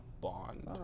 Bond